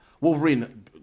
wolverine